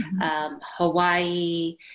Hawaii